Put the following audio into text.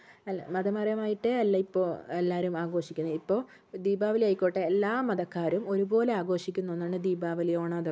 അല്ല മതപരമായിട്ട് അല്ല ഇപ്പോൾ എല്ലാവരും ആഘോഷിക്കുന്നത് ഇപ്പോൾ ദിപാവലി ആയിക്കോട്ടെ എല്ലാ മതക്കാരും ഒരുപോലെ ആഘോഷിക്കുന്ന ഒന്നാണ് ദിപാവലി ഓണം അതൊക്കെ